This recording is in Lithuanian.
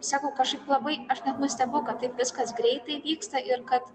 sakau kažkaip labai aš net nustebau kad taip viskas greitai vyksta ir kad